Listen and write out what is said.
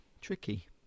tricky